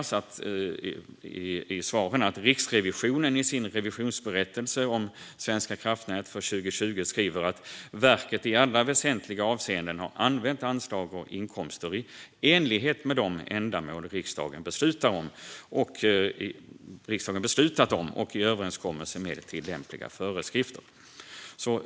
I sammanhanget kan noteras i svaren att Riksrevisionen i sin revisionsberättelse om Svenska kraftnät för 2020 skriver att verket i alla väsentliga avseenden har "använt anslag och inkomster i enlighet med av riksdagen beslutade ändamål och i överensstämmelse med tillämpliga föreskrifter".